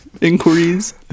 Inquiries